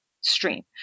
stream